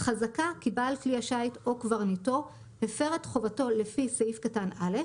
חזקה כי בעל כלי השיט או קברניטו הפר את חובתו לפי סעיף קטן (א),